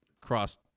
Cross